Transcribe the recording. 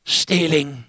stealing